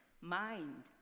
mind